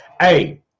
hey